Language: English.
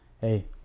hey